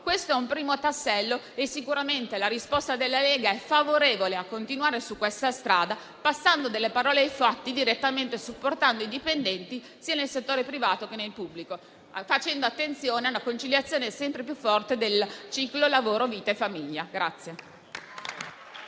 Questo è un primo tassello e sicuramente la risposta della Lega è favorevole a continuare su questa strada, passando dalle parole ai fatti, supportando direttamente i dipendenti sia nel settore privato, sia in quello pubblico, facendo attenzione alla conciliazione sempre più forte del ciclo lavoro-vita-famiglia.